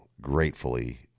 gratefully